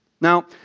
Now